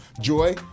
Joy